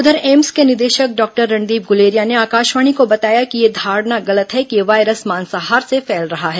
उधर एम्स के निदेशक डॉक्टर रणदीप गुलेरिया ने आकाशवाणी को बताया कि यह धारणा गलत है कि यह वायरस मांसाहार से फैल रहा है